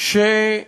לכם